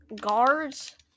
guards